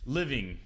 living